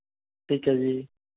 ਠੀਕ ਹੈ ਜੀ